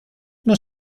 non